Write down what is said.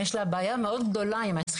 אבל יש לה בעיה מאוד גדולה עם זה,